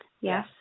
Yes